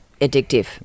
addictive